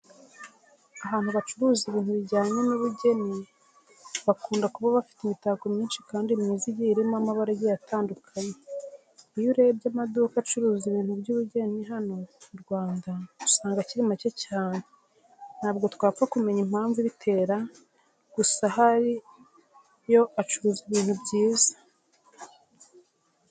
Ahantu bacuruza ibintu bijyanye n'ubugeni bakunda kuba bafite imitako myinshi kandi myiza igiye irimo amabara agiye atandukanye. Iyo urebye amaduka acuruza ibintu by'ubugeni hano mu Rwanda usanga akiri makeya cyane. Ntabwo twapfa kumenya impamvu ibitera gusa ahari yo acuruza ibintu byiza.